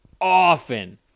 Often